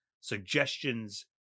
suggestions